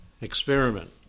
experiment